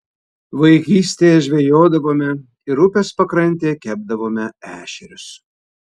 vaikystėje žvejodavome ir upės pakrantėje kepdavome ešerius